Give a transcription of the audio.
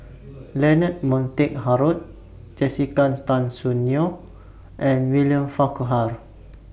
Leonard Montague Harrod Jessica's Tan Soon Neo and William Farquhar